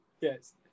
Yes